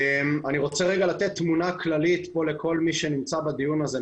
אני רוצה לתת תמונה כללית לכל מי שנמצא בדיון הזה.